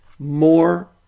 more